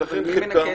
אז מי מטפל בנשק?